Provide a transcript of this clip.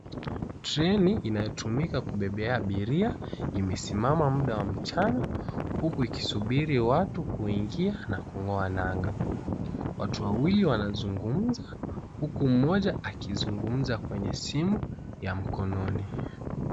Treni inayotumika kubebea abiria imesimama muda wa mchana, huku ikisubiri watu kuingia na kung'oa nanga. Watu wawili wanazungumza, huku mmoja akizungumza kwenye simu ya mkononi.